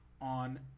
on